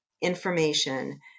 information